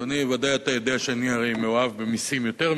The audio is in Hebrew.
הצעת חוק מס נוסף למטרות חינוך,